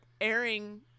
airing